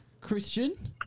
Christian